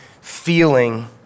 feeling